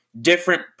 different